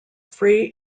free